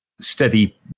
steady